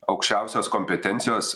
aukščiausios kompetencijos